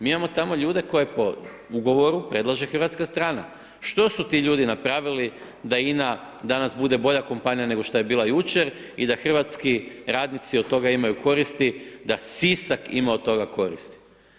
Mi imamo tamo ljude koje po ugovoru predlaže hrvatska strana, što su ti ljudi napravili da INA danas bude bolja kompanija, nego što je bila jučer i da hrvatski radnici od toga imaju koristi, da Sisak ima od toga koristi.